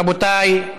רבותיי,